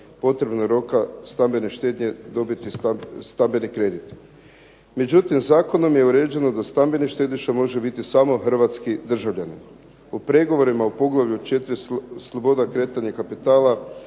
potrebnog roka stambene štednje dobiti stambeni kredit. Međutim, zakonom je uređeno da stambeni štediša može biti samo hrvatski državljanin. U pregovorima u poglavlju 4. – Sloboda kretanja kapitala